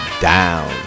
down